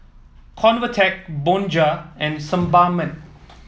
Convatec Bonjela and Sebamed